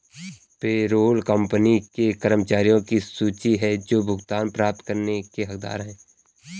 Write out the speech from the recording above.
payroll company के कर्मचारियों की सूची है जो भुगतान प्राप्त करने के हकदार हैं